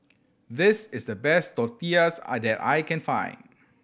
this is the best Tortillas I that I can find